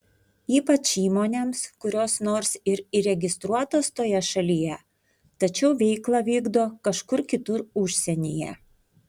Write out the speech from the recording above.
ypač įmonėms kurios nors ir įregistruotos toje šalyje tačiau veiklą vykdo kažkur kitur užsienyje